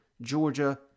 Georgia